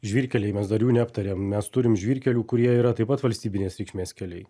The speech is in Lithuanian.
žvyrkeliai mes dar jų neaptarėm mes turim žvyrkelių kurie yra taip pat valstybinės reikšmės keliai